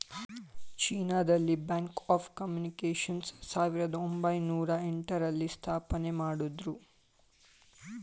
China ದಲ್ಲಿ bank of communications ಸಾವಿರದ ಒಂಬೈನೊರ ಎಂಟ ರಲ್ಲಿ ಸ್ಥಾಪನೆಮಾಡುದ್ರು